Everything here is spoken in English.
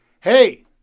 hey